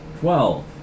Twelve